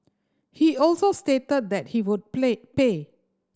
he also stated that he would play pay